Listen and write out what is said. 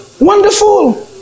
Wonderful